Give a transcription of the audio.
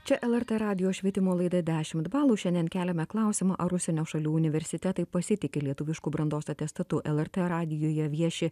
čia lrt radijo švietimo laida dešimt balų šiandien keliame klausimą ar užsienio šalių universitetai pasitiki lietuvišku brandos atestatu lrt radijuje vieši